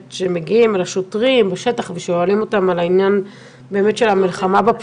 24 בינואר 2022. על סדר היום: הצגת מדדים לבחינת